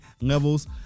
levels